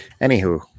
anywho